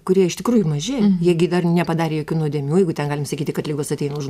kurie iš tikrųjų maži jie gi dar nepadarė jokių nuodėmių jeigu ten galim sakyti kad ligos ateina už